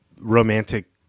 romantic